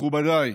מכובדיי,